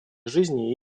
жизни